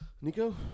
Nico